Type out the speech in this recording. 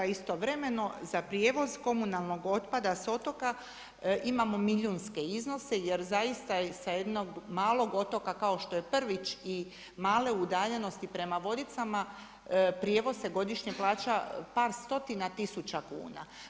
Istovremeno za prijevoz komunalnog otpada sa otoka imamo milijunske iznose jer zaista sa jednog malog otoka kao što je Prvić i male udaljenosti prema Vodicama, prijevoz se godišnje plaća par stotina tisuća kuna.